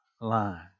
line